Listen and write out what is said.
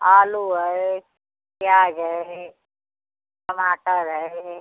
आलू है प्याज है टमाटर है